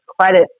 credit